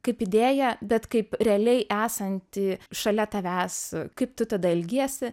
kaip idėją bet kaip realiai esanti šalia tavęs kaip tu tada elgiesi